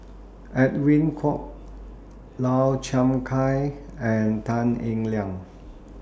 Edwin Koek Lau Chiap Khai and Tan Eng Liang